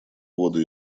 воду